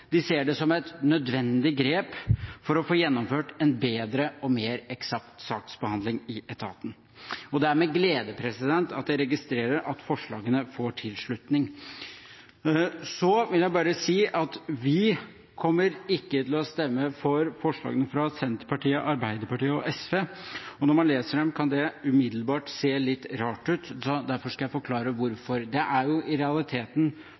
de ser det som et nødvendig grep for å få gjennomført en bedre og mer eksakt saksbehandling i etaten. Det er med glede jeg registrerer at forslagene får tilslutning. Så vil jeg bare si at vi ikke kommer til å stemme for forslagene fra Senterpartiet, Arbeiderpartiet og SV. Når man leser dem, kan det umiddelbart se litt rart ut, og derfor skal jeg forklare hvorfor. Forslagene går i realiteten